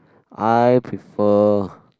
I prefer